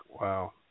Wow